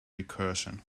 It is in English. recursion